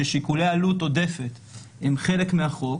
ששיקולי עלות עודפת הם חלק מהחוק